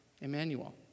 Emmanuel